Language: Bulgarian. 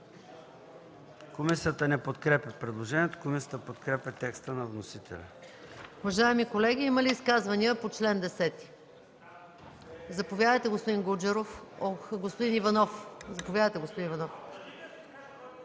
Комисията не подкрепя предложението. Комисията подкрепя текста на вносителя